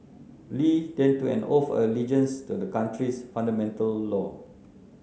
Li then took an oath of allegiance to the country's fundamental law